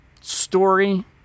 story